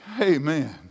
Amen